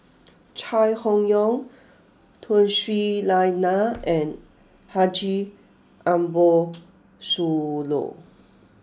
Chai Hon Yoong Tun Sri Lanang and Haji Ambo Sooloh